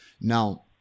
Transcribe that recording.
Now